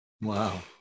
wow